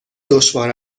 دشوار